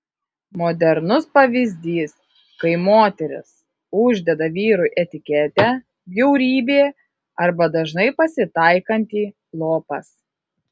modernus pavyzdys kai moteris uždeda vyrui etiketę bjaurybė arba dažnai pasitaikantį lopas